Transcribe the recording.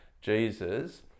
Jesus